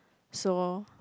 so